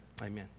Amen